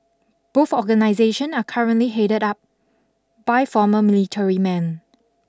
both organisation are currently headed up by former military men